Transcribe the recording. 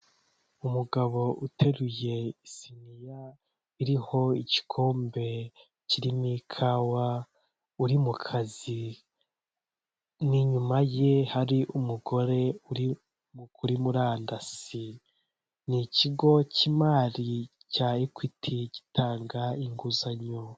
Umugabo uteruye isiniya iriho igikombe kirimo ikawa uri mu kazi, n'inyuma ye hari umugore uri kuri murandasi. Ni ikigo cy'imari cya ekwiti gitanga inguzanyo.